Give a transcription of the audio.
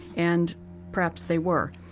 and perhaps they were,